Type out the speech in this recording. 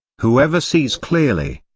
whoever sees clearly,